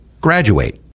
graduate